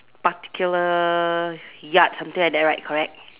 particular yard something like that right correct